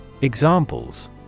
Examples